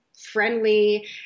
friendly